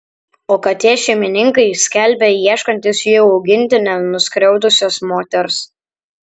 o katės šeimininkai skelbia ieškantys jų augintinę nuskriaudusios moters